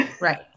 Right